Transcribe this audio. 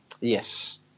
Yes